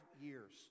years